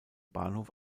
bahnhof